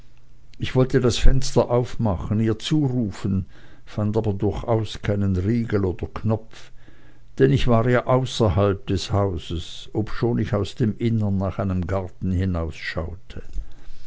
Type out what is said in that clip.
ich wollte das fenster aufmachen ihr zurufen fand aber durchaus keinen riegel oder knopf denn ich war ja außerhalb des hauses obschon ich aus dem innern nach einem garten